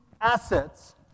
assets